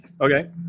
Okay